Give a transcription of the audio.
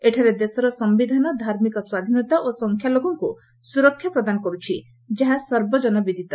ଏଠାରେ ଦେଶର ସିୟିଧାନ ଧାର୍ମିକ ସ୍ୱାଧୀନତା ଓ ସଂଖ୍ୟାଲଘୁଙ୍କୁ ସୁରକ୍ଷା ପ୍ରଦାନ କରୁଛି ଯାହା ସର୍ବକନ ବିଦିତ